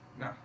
No